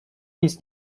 nic